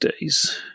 days